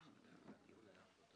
זה לא, אבל אם אתה רוצה שנמלא את מקומך...